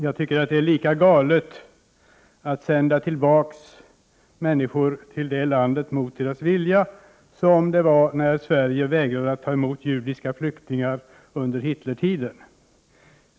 Jag tycker att det är lika galet att sända tillbaka människor till Iran mot deras vilja som det var när Sverige vägrade att emot judiska flyktingar under Hitlertiden.